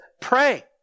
pray